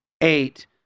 eight